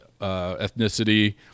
ethnicity